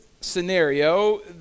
scenario